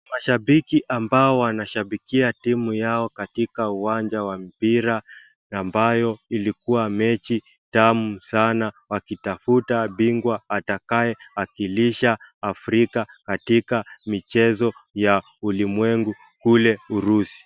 Mashabiki ambao wanashabikia timu yao katika uwanja ya mpira ambayo ilikuwa mechi tamu sana wakitafuta bingwa atakaye wakilisha Afrika katika michezo ya ulimwengu kule Urusi.